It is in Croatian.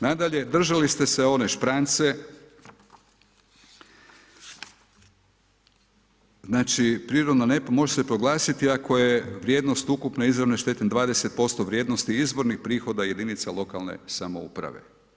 Nadalje, držali ste se one šprance, znači prirodna nepogoda može se proglasiti ako je vrijednost ukupne izravne štete 20% vrijednosti izvornih prihoda jedinica lokalne samouprave.